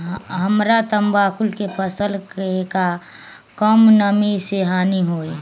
हमरा तंबाकू के फसल के का कम नमी से हानि होई?